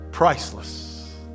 priceless